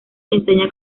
enseña